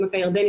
עמק הירדן,